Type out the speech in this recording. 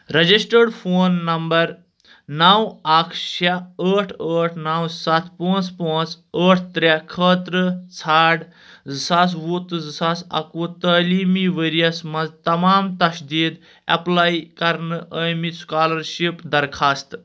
registered phone number نو اکھ شیٚے ٲٹھ ٲٹھ نو ستھ پانٛژھ پانٛژھ ٲٹھ ترٛےٚ خٲطرٕ ژھار زٕ ساس وُہ تہٕ زٕ ساس اکوُہ تعلیٖمی ؤرۍ یس منٛز تمام تشدیٖد ایپلاے کرنہٕ ٲمٕتۍ سُکالرشپ درخاستہٕ